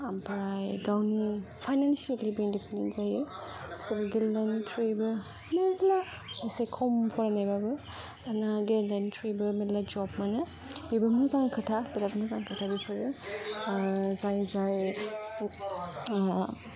ओम्फाय गावनि फाइनान्सियेलिबो इन्डिपेन्डेन्ट जायो बिसोरो गेलेनायनि थ्रुयैबो मेल्ला एसे खम फरायनायबाबो दाना गेलेनायनि थ्रुयैबो मेल्ला जब मोनो बेबो मोजां खोथा बिराद मोजां खोथा बेफोरो जाय जायआ